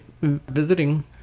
visiting